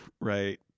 Right